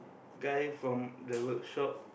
guy from the workshop